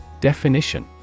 Definition